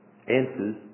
answers